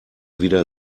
wieder